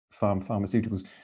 pharmaceuticals